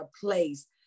place